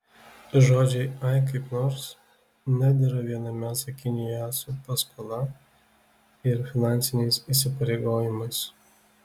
žodžiai ai kaip nors nedera viename sakinyje su paskola ir finansiniais įsipareigojimais